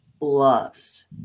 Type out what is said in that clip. loves